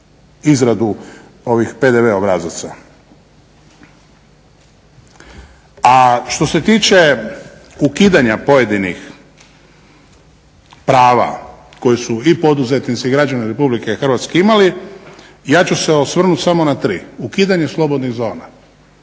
izradu ovih PDV obrazaca. A što se tiče ukidanja pojedinih prava koju su i poduzetnici i građani Republike Hrvatske imali ja ću se osvrnuti samo na tri. Ukidanje slobodnih zona.